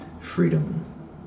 freedom